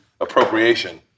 appropriation